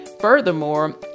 Furthermore